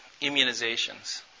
immunizations